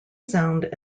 sound